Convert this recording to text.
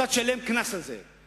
ואתה תשלם קנס על זה.